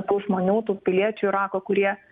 tų žmonių tų piliečių irako kurie